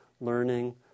learning